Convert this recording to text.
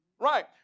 right